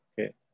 Okay